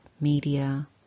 media